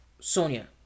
Sonia